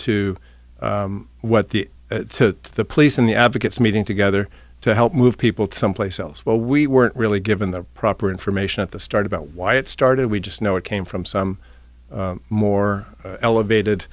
to what the the the police and the advocates meeting together to help move people to someplace else well we weren't really given the proper information at the start about why it started we just know it came from some more elevated